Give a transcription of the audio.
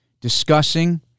discussing